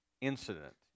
incident